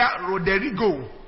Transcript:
Rodrigo